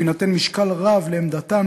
ויינתן משקל רב לעמדתם,